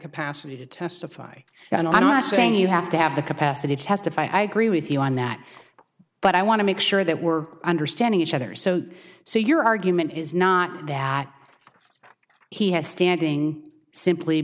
capacity to testify and i saying you have to have the capacity to testify i agree with you on that but i want to make sure that we're understanding each other so so your argument is not that he has standing simply